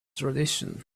tradition